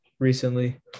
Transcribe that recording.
recently